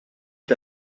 est